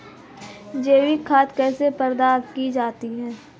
जैविक खाद कैसे प्राप्त की जाती है?